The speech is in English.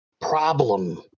Problem